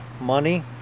money